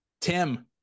Tim